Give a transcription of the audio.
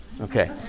Okay